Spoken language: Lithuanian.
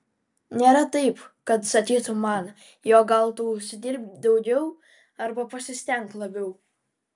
nėra taip kad sakytų man jog gal tu užsidirbk daugiau arba pasistenk labiau